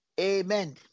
Amen